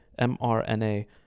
mRNA